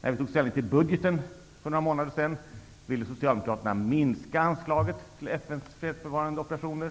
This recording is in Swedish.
När vi för några månader sedan tog ställningen till budgeten ville Socialdemokraterna minska anslaget till FN:s fredsbevarande operationer,